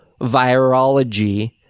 virology